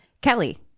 Kelly